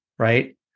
Right